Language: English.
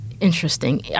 interesting